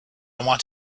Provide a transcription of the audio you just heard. want